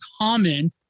common